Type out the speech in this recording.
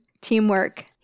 teamwork